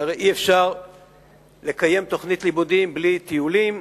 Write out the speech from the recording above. שהרי אי-אפשר לקיים תוכנית לימודים בלי טיולים,